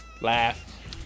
laugh